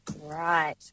Right